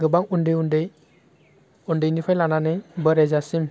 गोबा उन्दै उन्दै उन्दैनिफ्राइ लानानै बोराइ जासिम